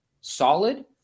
solid